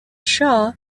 shaw